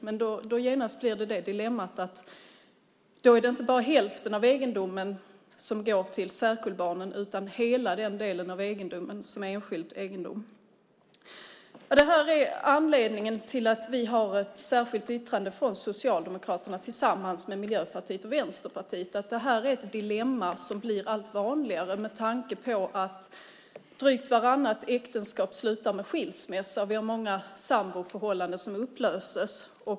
Men då uppstår genast dilemmat att det inte bara är hälften av egendomen som går till särkullbarnen utan hela den del av egendomen som är enskild egendom. Det här är anledningen till att vi har ett särskilt yttrande från Socialdemokraterna tillsammans med Miljöpartiet och Vänsterpartiet. Detta är ett dilemma som blir allt vanligare med tanke på att drygt vartannat äktenskap slutar med skilsmässa och att många samboförhållanden upplöses.